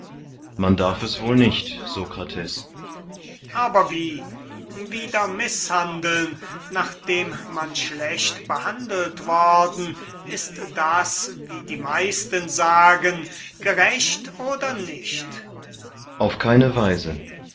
man darf es wohl nicht sokrates sokrates aber wie wieder mißhandeln nachdem man schlecht behandelt worden ist ist das wie die meisten sagen gerecht oder nicht kriton auf keine weise